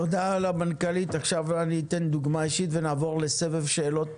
תודה למנכ"לית, נעבור לסבב שאלות